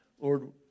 Lord